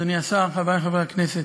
אדוני השר, חברי חברי הכנסת,